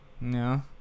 No